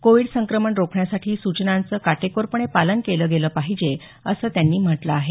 Covid संक्रमण रोखण्यासाठी सूचनांचं काटेकोरपणे पालन केलं गेलं पाहिजे असं त्यांनी म्हटलं आहे